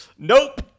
nope